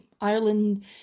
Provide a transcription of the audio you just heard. Ireland